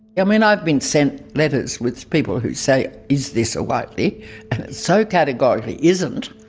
yeah mean i've been sent letters with people who say is this a whiteley? and it so categorically isn't.